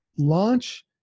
launch